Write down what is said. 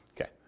Okay